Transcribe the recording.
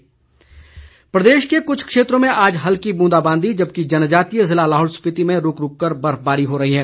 मौसम प्रदेश के कुछ क्षेत्रों में आज हल्की ब्रंदाबांदी जबकि जनजातीय जिला लाहौल स्पिति में रूक रूक कर बर्फबारी हो रही है